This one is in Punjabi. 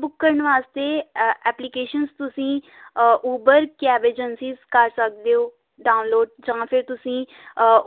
ਬੁੱਕ ਕਰਨ ਵਾਸਤੇ ਐਪਲੀਕੇਸ਼ਨਸ ਤੁਸੀਂ ਊਬਰ ਕੈਬ ਏਜੰਸਿਜ਼ ਕਰ ਸਕਦੇ ਹੋ ਡਾਊਨਲੋਡ ਜਾਂ ਫਿਰ ਤੁਸੀਂ